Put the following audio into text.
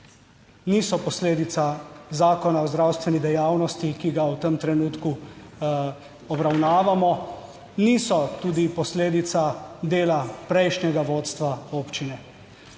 niso posledica Zakona o zdravstveni dejavnosti, ki ga v tem trenutku obravnavamo, niso tudi posledica dela prejšnjega vodstva občine,